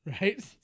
right